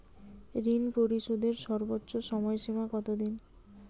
ঋণ পরিশোধের সর্বোচ্চ সময় সীমা কত দিন?